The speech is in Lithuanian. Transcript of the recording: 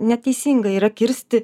neteisinga yra kirsti